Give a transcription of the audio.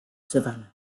savannah